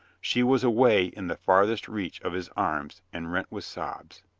she was away in the farthest reach of his arms and rent with sobs.